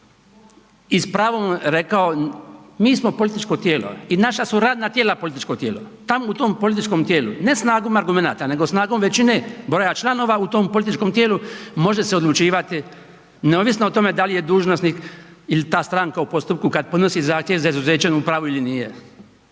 i s pravom rekao mi smo političko tijelo i naša su radna tijela političko tijelo. Tamo u tom političkom tijelu ne snagom argumenata nego snagom većine broja članova u tom političkom tijelu može se odlučivati neovisno o tome da li je dužnosnik ili ta stranka u postupku kada podnosi zahtjev za izuzećem u pravu ili nije,